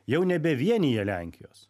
jau nebevienija lenkijos